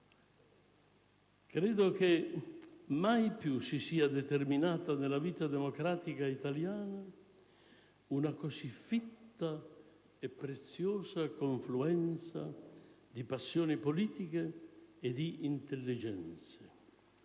Credo che mai più si sia determinata nella vita democratica italiana una così fitta e preziosa confluenza di passioni politiche e di intelligenze,